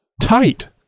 tight